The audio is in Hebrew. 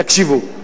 תקשיבו.